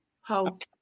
Hope